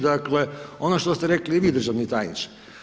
Dakle, ono što ste rekli i vi, državni tajniče.